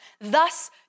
thus